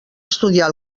estudiar